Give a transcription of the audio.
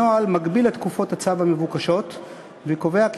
הנוהל מגביל את תקופות הצו המבוקשות וקובע כי